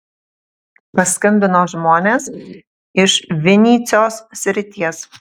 paskambino žmonės iš vinycios srities